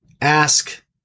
ask